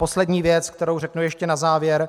A poslední věc, kterou řeknu ještě na závěr.